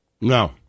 No